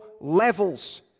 levels